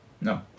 No